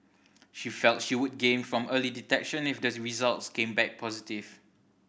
she felt she would gain from early detection if the results came back positive